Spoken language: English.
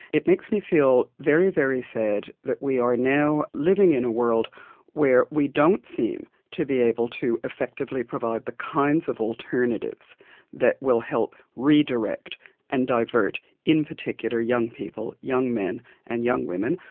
it makes me feel very, very sad that we are now living in a world where we don't seem to be able to effectively provide the kinds of alternatives that will help redirect and divert in particular young people, young men and young women,